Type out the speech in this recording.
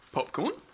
Popcorn